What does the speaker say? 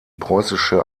preußische